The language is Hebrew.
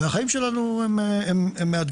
והחיים שלנו הם מאתגרים.